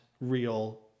real